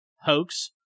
hoax